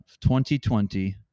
2020